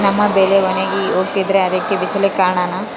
ನಮ್ಮ ಬೆಳೆ ಒಣಗಿ ಹೋಗ್ತಿದ್ರ ಅದ್ಕೆ ಬಿಸಿಲೆ ಕಾರಣನ?